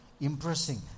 Impressing